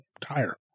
tire